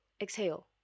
exhale